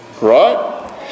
Right